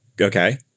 Okay